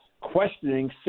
questioning